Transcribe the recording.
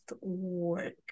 work